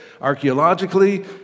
Archaeologically